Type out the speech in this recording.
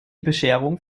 bescherung